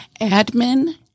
Admin